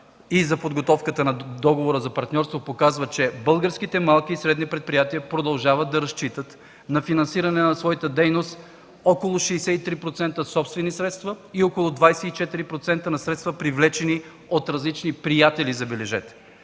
и за подготовката на договора за партньорство показва, че българските малки и средни предприятия продължават да разчитат на финансиране на своята дейност на около 63% собствени средства и около 24% на средства, привлечени от различни приятели, забележете!